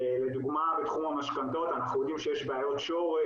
לדוגמה בתחום המשכנתאות אנחנו יודעים שיש בעיות שורש